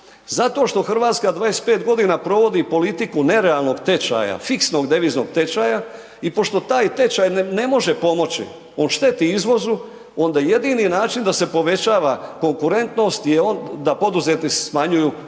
Zato što Hrvatska 25 g. provodi politiku nerealnog tečaja, fiksnog deviznog tečaja i pošto taj tečaj ne može pomoći on šteti izvozu onda jedini način da se povećava konkurentnost je da poduzetnici smanjuju plaće